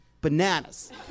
bananas